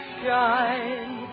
shine